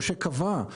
או שקבע את